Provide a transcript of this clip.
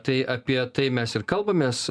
tai apie tai mes ir kalbamės